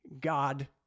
God